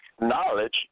knowledge